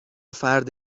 فرد